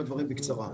בקצרה.